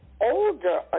older